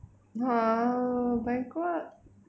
err banquet